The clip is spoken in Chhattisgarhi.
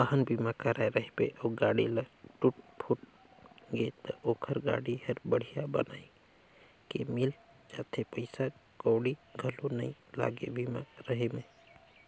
वाहन बीमा कराए रहिबे अउ गाड़ी ल टूट फूट गे त ओखर गाड़ी हर बड़िहा बनाये के मिल जाथे पइसा कउड़ी घलो नइ लागे बीमा रहें में